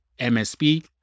MSP